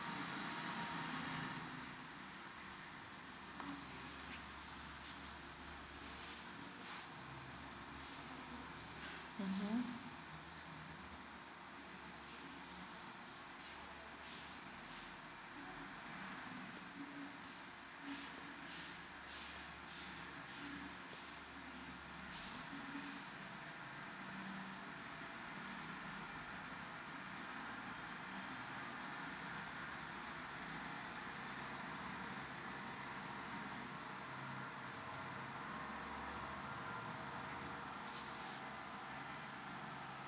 mmhmm